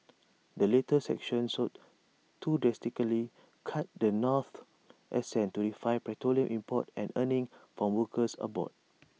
the latest sanctions sought to drastically cut the North's access to refined petroleum imports and earnings from workers abroad